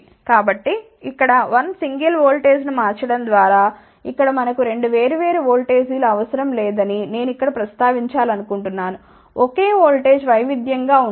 కాబట్టి ఇక్కడ 1 సింగిల్ ఓల్టేజ్ను మార్చడం ద్వారా ఇక్కడ మనకు 2 వేర్వేరు వోల్టేజీలు అవసరం లేదని నేను ఇక్కడ ప్రస్తావించాలనుకుంటున్నాను ఒకే ఓల్టేజ్ వైవిధ్యం గా ఉండాలి